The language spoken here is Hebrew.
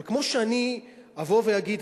אבל כמו שאני אבוא ואגיד,